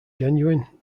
genuine